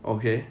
okay